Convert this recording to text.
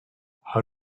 how